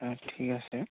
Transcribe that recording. ঠিক আছে